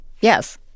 Yes